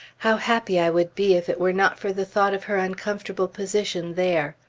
how happy i would be, if it were not for the thought of her uncomfortable position there!